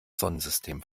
sonnensystem